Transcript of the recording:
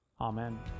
Amen